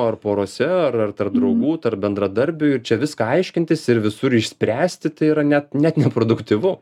ar porose arar tarp draugų tarp bendradarbių ir čia viską aiškintis ir visur išspręsti tai yra net net neproduktyvu